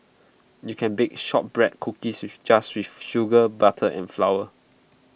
you can bake Shortbread Cookies with just with sugar butter and flour